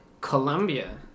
colombia